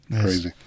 Crazy